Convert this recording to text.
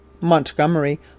Montgomery